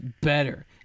better